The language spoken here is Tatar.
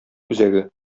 үзәге